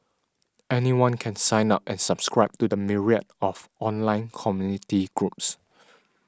anyone can sign up and subscribe to the myriad of online community groups